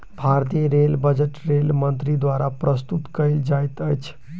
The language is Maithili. भारतीय रेल बजट रेल मंत्री द्वारा प्रस्तुत कयल जाइत अछि